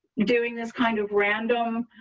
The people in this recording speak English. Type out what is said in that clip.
doing this kind of random